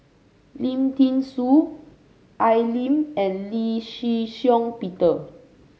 Lim Thean Soo Al Lim and Lee Shih Shiong Peter